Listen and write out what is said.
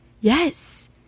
yes